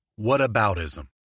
Whataboutism